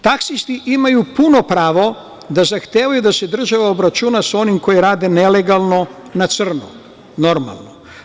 Taksisti imaju puno pravo da zahtevaju da se država obračuna sa onima koji rade nelegalno na crno, normalno.